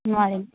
নোৱাৰিম